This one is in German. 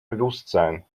bewusstsein